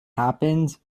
happened